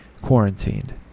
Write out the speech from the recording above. quarantined